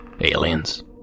Aliens